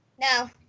No